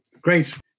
Great